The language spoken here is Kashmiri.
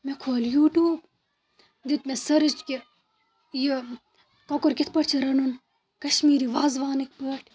مےٚ کھول یوٗٹیوٗب دیُت مےٚ سٔرٕچ کہِ یہِ کۄکُر کِتھ پٲٹھۍ چھِ رَنُن کَشمیٖری وازٕ وانٕکۍ پٲٹھۍ